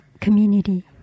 community